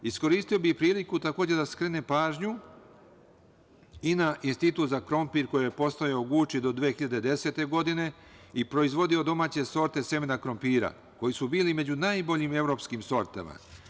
Iskoristio bih priliku da skrenem pažnju i na Institut za krompir, koji je postojao u Guči do 2010. godine, i proizvodio domaće sorte semena krompira koji su bili među najboljim evropskim sortama.